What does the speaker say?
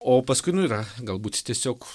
o paskui nu yra galbūt tiesiog